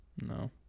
No